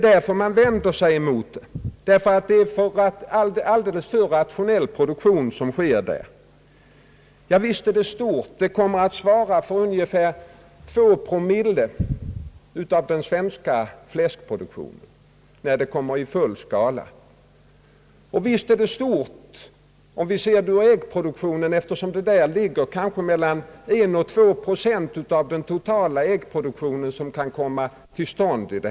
Vänder man sig mot det därför att dess produktion är alldeles för rationell? Visst är det stort. Det kommer i full skala att svara för ungefär 2 promille av den svenska fläskproduktionen. Och visst är det stort om vi ser på den äggproduktion som kan komma till stånd vid detta företag, vilken kan beräknas till 1—2 procent av den totala äggproduktionen.